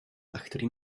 achterin